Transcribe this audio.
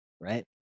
right